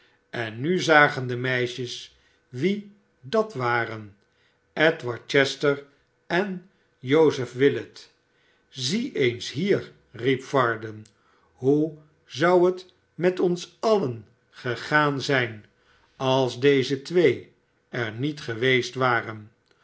en nu zagen de meisjes wie dat waren edward chester en jozef willet zie eens hier riep varden hoe zou het met ons alien gegaan zijn als deze twee er niet geweest waren